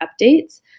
updates